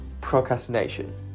procrastination